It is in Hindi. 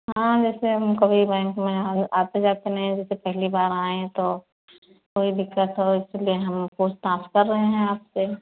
हाँ जैसे हम कभी बैंक में आवे आते जाते नहीं है जैसे पहली बार आए है तो कोई दिक़्क़त हो तो इसलिए हम पूछताछ कर रहे हैं आपसे